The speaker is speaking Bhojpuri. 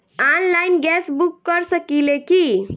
आनलाइन गैस बुक कर सकिले की?